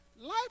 life